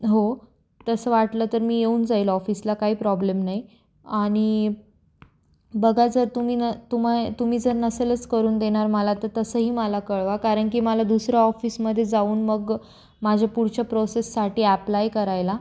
हो तसं वाटलं तर मी येऊन जाईल ऑफिसला काही प्रॉब्लेम नाही आणि बघा जर तुम्ही न तुम तुम्ही जर नसेलच करून देणार मला तर तसंही मला कळवा कारण की मला दुसरा ऑफिसमध्ये जाऊन मग माझ्या पुढच्या प्रोसेससाठी ॲप्लाय करायला